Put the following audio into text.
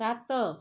ସାତ